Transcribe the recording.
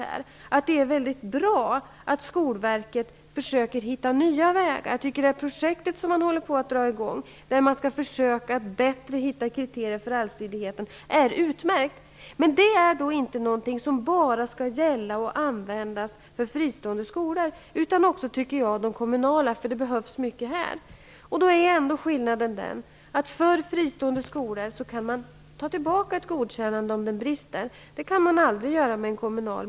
Det är därför mycket bra att Skolverket försöker finna nya vägar. Det projekt som man håller på att dra i gång för att försöka finna bättre kriterier när det gäller allsidigheten är utmärkt. Men det skall inte bara gälla och användas för fristående skolor utan också för de kommunala. Det behövs även för dessa. Skillnaden är dock att när det gäller fristående skolor kan man ta tillbaka ett godkännande, om skolan brister i sitt uppdrag. Det kan man aldrig göra vad gäller en kommunal skola.